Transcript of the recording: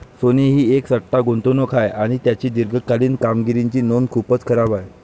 सोने ही एक सट्टा गुंतवणूक आहे आणि त्याची दीर्घकालीन कामगिरीची नोंद खूपच खराब आहे